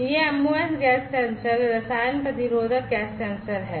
यह MOS गैस sensor रसायन प्रतिरोधक गैस सेंसर हैं